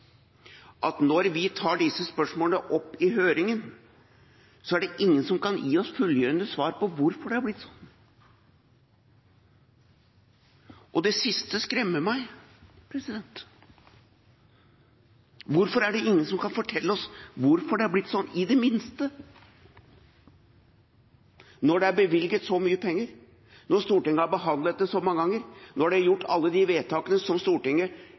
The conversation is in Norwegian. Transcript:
at når vi tar disse spørsmålene opp i høringen, er det ingen som kan gi oss fyllestgjørende svar på hvorfor det har blitt sånn. Og det siste skremmer meg. Hvorfor er det ingen som kan fortelle oss hvorfor det er blitt sånn i det minste, når det er bevilget så mye penger, når Stortinget har behandlet det så mange ganger, når det er gjort alle de vedtakene som Stortinget